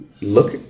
look